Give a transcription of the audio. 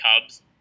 Cubs